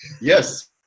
Yes